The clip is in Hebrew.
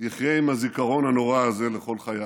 עם הזיכרון הנורא הזה לכל חייו.